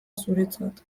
zuretzat